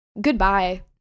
Goodbye